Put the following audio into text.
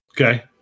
okay